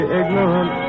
ignorant